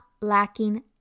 lacking